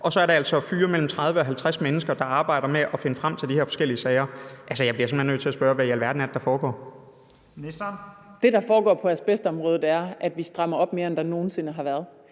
at så er det altså at fyre mellem 30 og 50 mennesker, der arbejder med at finde frem til de her forskellige sager. Altså, jeg bliver simpelt hen nødt til at spørge: Hvad i alverden er det, der foregår? Kl. 15:22 Første næstformand (Leif Lahn Jensen): Ministeren.